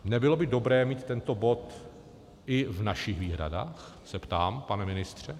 Nebylo by dobré mít tento bod i v našich výhradách, se ptám, pane ministře?